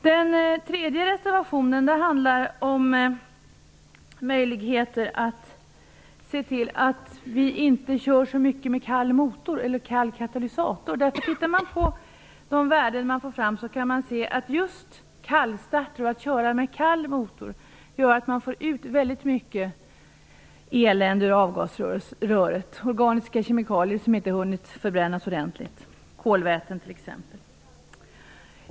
Den tredje reservationen handlar om möjligheter att se till att bilar inte körs så mycket med kall motor eller kall katalysator. Om vi tittar på de värden som går att få fram kan vi se att just kallstarter och körning med kall motor gör att det kommer ut väldigt mycket elände ur avgasröret. Det är organiska kemikalier som inte har hunnit förbrännas ordentligt, t.ex. kolväten.